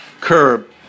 curb